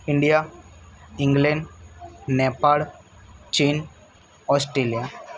India England Nepal ચીન Australia